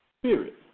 Spirit